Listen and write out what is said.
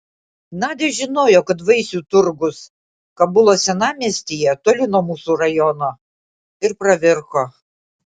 nadia žinojo kad vaisių turgus kabulo senamiestyje toli nuo mūsų rajono ir pravirko